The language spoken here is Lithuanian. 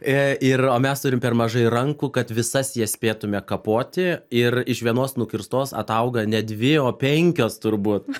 i ir o mes turim per mažai rankų kad visas jas spėtume kapoti ir iš vienos nukirstos atauga ne dvi o penkios turbūt